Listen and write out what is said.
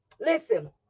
Listen